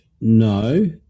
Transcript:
no